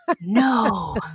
No